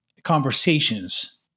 conversations